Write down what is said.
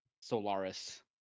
Solaris